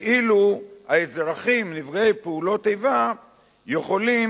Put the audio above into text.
ואילו האזרחים נפגעי פעולות איבה יכולים